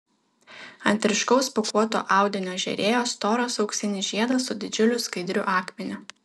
ant ryškaus pūkuoto audinio žėrėjo storas auksinis žiedas su didžiuliu skaidriu akmeniu